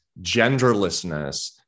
genderlessness